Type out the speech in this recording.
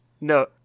No